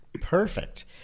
Perfect